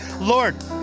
Lord